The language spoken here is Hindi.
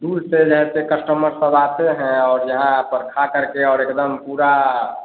दूर से जैसे कस्टमर सब आते हैं और यहाँ पर खा करके और एक दम पूरा